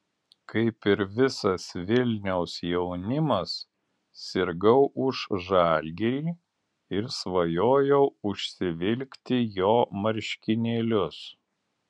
kaip ir visas vilniaus jaunimas sirgau už žalgirį ir svajojau užsivilkti jo marškinėlius